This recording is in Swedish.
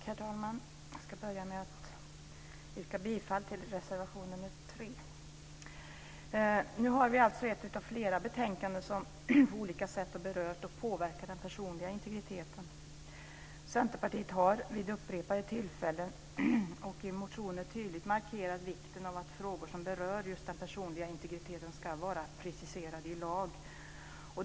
Herr talman! Jag ska börja med att yrka bifall till reservation 3. Nu behandlar vi alltså ett av flera betänkanden som på olika sätt berör och påverkar den personliga integriteten. Centerpartiet har vid upprepade tillfällen och i motioner tydligt markerat vikten av att frågor som berör just den personliga integriteten ska vara preciserade i lag.